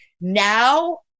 now